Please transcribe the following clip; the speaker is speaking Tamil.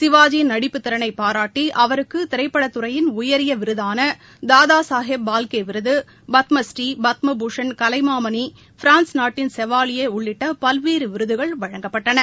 சிவாஜியின் நடிப்புத்திறனைப் பாராட்டி அவருக்கு திரைப்படத்துறையின் உயரிய விருதான தாதா சாஹேப் பால்கே விருது பத்மஸீ பத்மபூஷன் கலைமாமணி பிரான்ஸ் நாட்டின் செவாலியே உள்ளிட்ட பல்வேறு விருதுகள் வழங்கப்பட்டன